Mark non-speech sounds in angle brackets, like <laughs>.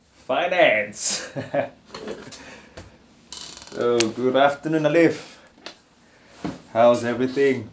finance <laughs> oh good afternoon alif how's everything